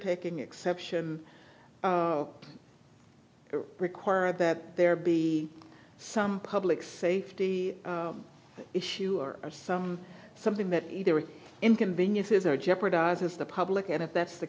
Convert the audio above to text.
taking exception it require that there be some public safety issue or some something that either it inconveniences or jeopardizes the public and if that's the